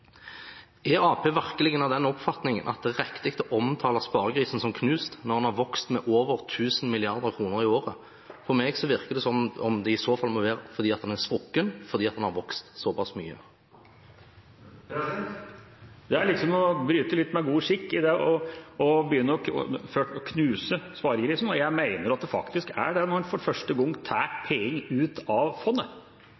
Er Arbeiderpartiet virkelig av den oppfatning at det er riktig å omtale sparegrisen som knust når den har vokst med over 1 000 mrd. kr i året? På meg virker det som om det i så fall må være at den har sprukket fordi den har vokst såpass mye. Det er liksom å bryte litt med god skikk å knuse sparegrisen. Jeg mener at det faktisk er det når en for første